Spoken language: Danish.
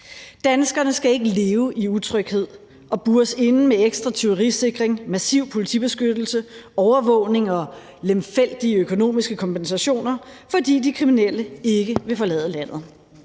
Danskerne skal ikke leve i utryghed og bures inde med ekstra tyverisikring, massiv politibeskyttelse, overvågning og lemfældige økonomiske kompensationer, fordi de kriminelle ikke vil forlade landet.